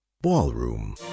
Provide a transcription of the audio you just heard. Ballroom